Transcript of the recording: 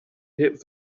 hit